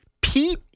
Pete